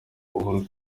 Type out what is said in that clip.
uhuru